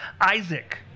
Isaac